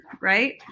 right